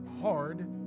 hard